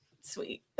sweet